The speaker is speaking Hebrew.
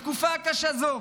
בתקופה קשה זו